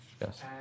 Yes